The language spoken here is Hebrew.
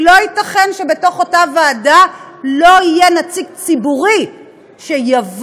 כי לא ייתכן שבאותה ועדה לא יהיה נציג ציבור שיאמר: